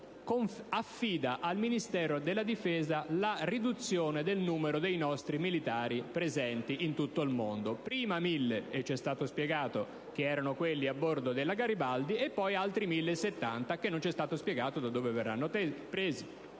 9 affida al Ministero della difesa la riduzione del numero dei nostri militari presenti in tutto il mondo: prima 1.000 - ci è stato spiegato che erano quelli a bordo della "Garibaldi" - e poi altri 1.070, che non ci è stato spiegato da dove verranno presi